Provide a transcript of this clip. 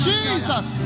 Jesus